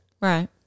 Right